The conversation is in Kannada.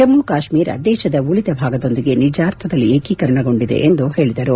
ಜಮ್ಮೆ ಕಾಶ್ಮೀರ ದೇಶದ ಉಳಿದ ಭಾಗದೊಂದಿಗೆ ನಿಜಾರ್ಥದಲ್ಲಿ ಏಕೀಕರಣಗೊಂಡಿದೆ ಎಂದು ಹೇಳಿದರು